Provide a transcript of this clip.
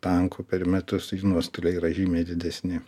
tankų per metus nuostoliai yra žymiai didesni